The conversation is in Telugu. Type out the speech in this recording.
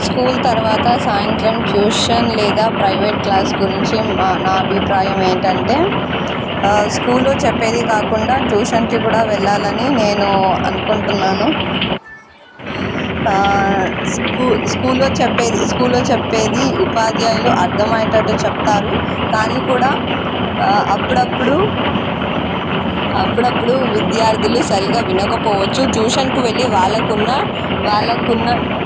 స్కూల్ తర్వాత సాయంత్రం ట్యూషన్ లేదా ప్రైవేట్ క్లాస్ గురించి నా అభిప్రాయం ఏంటంటే స్కూల్లో చెప్పేది కాకుండా ట్యూషన్కి కూడా వెళ్ళాలని నేను అనుకుంటున్నాను స్కూ స్కూల్లో చెప్పేది స్కూల్లో చెప్పేది ఉపాధ్యాయులు అర్థమయ్యేటట్టు చెప్తారు కానీ కూడా అప్పుడప్పుడు అప్పుడప్పుడు విద్యార్థులు సరిగా వినకపోవచ్చు ట్యూషన్కి వెళ్ళి వాళ్ళకు ఉన్న వాళ్ళకు ఉన్న